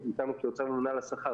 אתנו, --- הממונה על השכר.